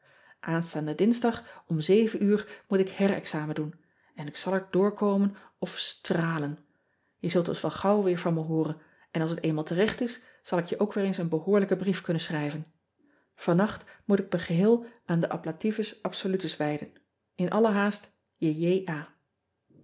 adertje angbeen uur moet ik her-examen doen en ik zal er doorkomen of stralen e zult dus wel gauw weer van me hooren en als het eenmaal terecht is zal ik je ook weer een behoorlijken brief kunnen schrijven annacht moet ik me geheel aan den blativus bsolutus wijden n alle haast